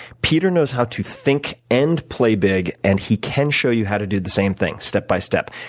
peter knows how to think and play big and he can show you how to do the same thing, step by step.